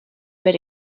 been